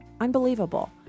Unbelievable